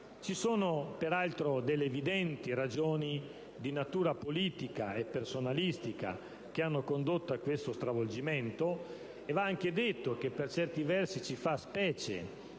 Ci sono peraltro evidenti ragioni di natura politica e personalistica che hanno condotto a questo stravolgimento, e va anche detto che, per certi versi, ci fa specie